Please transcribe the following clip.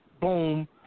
Boom